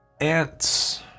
ants